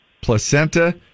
placenta